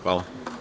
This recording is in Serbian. Hvala.